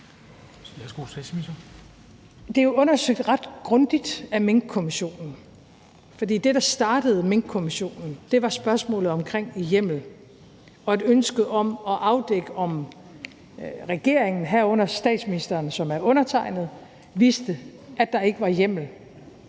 Det er jo undersøgt ret grundigt af Minkkommissionen, for det, der startede Minkkommissionen, var spørgsmålet omkring hjemmel og et ønske om at afdække, om regeringen, herunder statsministeren, som er undertegnede, vidste, at der ikke var hjemmel